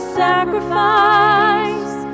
sacrifice